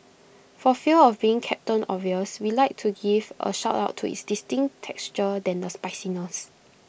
for fear of being captain obvious we'd like to give A shout out to its distinct texture than the spiciness